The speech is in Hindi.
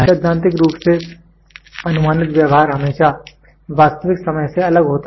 सैद्धांतिक रूप से अनुमानित व्यवहार हमेशा वास्तविक समय से अलग होता है